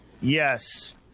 yes